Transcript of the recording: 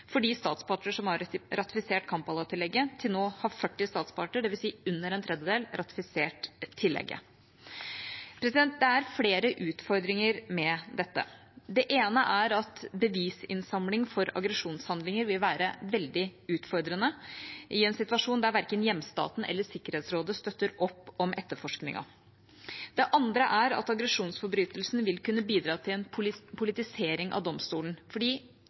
statsparter som har ratifisert Kampala-tillegget. Til nå har 40 statsparter, dvs. under en tredjedel, ratifisert tillegget. Det er flere utfordringer med dette. Det ene er at bevisinnsamling for aggresjonshandlinger vil være veldig utfordrende i en situasjon der verken hjemstaten eller Sikkerhetsrådet støtter opp om etterforskningen. Det andre er at aggresjonsforbrytelsen vil kunne bidra til en politisering av domstolen,